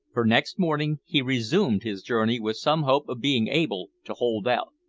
for next morning he resumed his journey with some hope of being able to hold out.